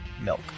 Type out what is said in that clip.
milk